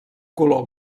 color